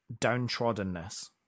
downtroddenness